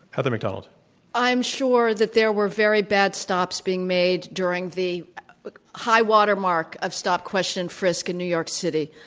heather mac donald. i am sure that there were very bad stops being made during the high-water mark of stop, question, frisk in new york city.